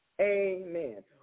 Amen